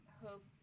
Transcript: hope